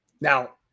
Now